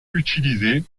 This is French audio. utilisée